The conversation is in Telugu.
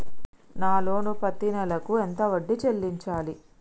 నా లోను పత్తి నెల కు ఎంత వడ్డీ చెల్లించాలి?